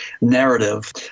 narrative